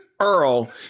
Earl